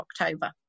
October